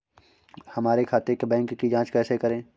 हमारे खाते के बैंक की जाँच कैसे करें?